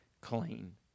clean